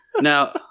Now